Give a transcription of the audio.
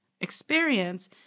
experience